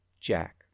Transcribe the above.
Jack